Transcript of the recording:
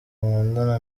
nkundana